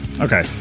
Okay